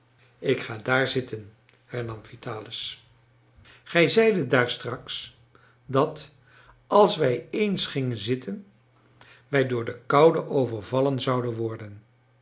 ik ga daar zitten hernam vitalis gij zeidet daar straks dat als wij eens gingen zitten wij door de koude overvallen zouden worden